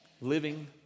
living